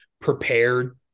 prepared